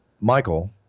Michael